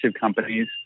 companies